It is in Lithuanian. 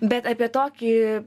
bet apie tokį